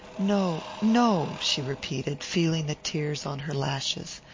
no, no, she repeated, feeling the tears on her lashes.